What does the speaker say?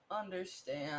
understand